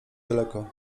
daleko